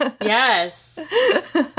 Yes